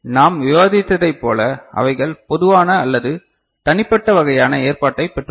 நாம் விவாதித்ததை போல அவைகள் பொதுவான அல்லது தனிப்பட்ட வகையான ஏற்பாட்டைப் பெற்றுள்ளது